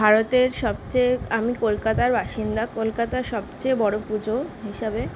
ভারতের সবচেয়ে আমি কলকাতার বাসিন্দা কলকাতার সবচেয়ে বড় পুজো হিসাবে